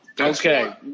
Okay